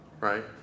right